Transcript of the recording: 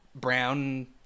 brown